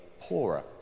poorer